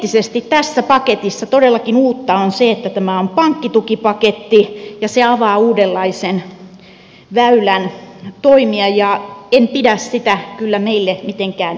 poliittisesti tässä paketissa todellakin uutta on se että tämä on pankkitukipaketti ja se avaa uudenlaisen väylän toimia ja en pidä sitä kyllä meille mitenkään edullisena